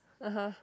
(uh huh)